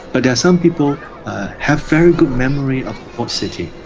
but yes, some people have very good memories of walled city.